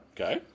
Okay